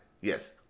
Yes